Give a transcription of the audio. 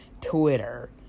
Twitter